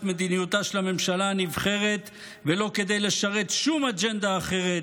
מדיניותה של הממשלה הנבחרת ולא כדי לשרת שום אג'נדה אחרת,